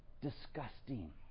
disgusting